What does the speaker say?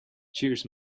cheers